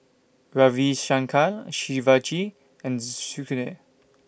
Ravi Shankar Shivaji and Sudhir